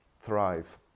thrive